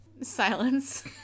silence